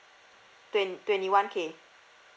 twen~ twenty one K